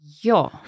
Ja